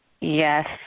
Yes